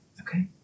Okay